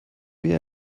wie